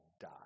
die